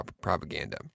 propaganda